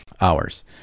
hours